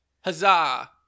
Huzzah